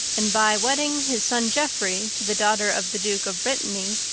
and by wedding his son geoffrey to the daughter of the duke of brittany,